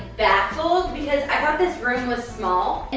baffled because i thought this room was small.